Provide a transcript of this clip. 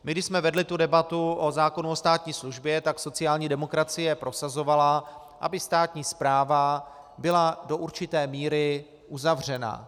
Když jsme vedli debatu o zákonu o státní službě, tak sociální demokracie prosazovala, aby státní správa byla do určité míry uzavřená.